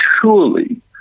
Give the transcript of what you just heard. surely